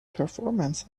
performance